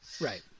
Right